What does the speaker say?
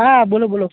હા બોલો બોલો